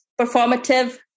performative